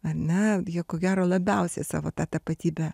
ar ne jie ko gero labiausiai savo tą tapatybę